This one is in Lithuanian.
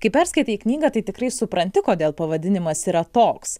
kai perskaitai knygą tai tikrai supranti kodėl pavadinimas yra toks